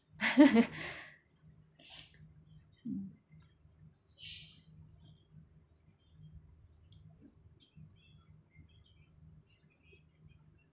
mm